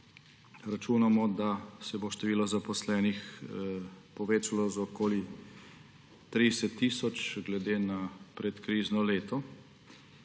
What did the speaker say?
Računamo, da se bo število zaposlenih povečalo za okoli 30 tisoč, glede na predkrizno leto,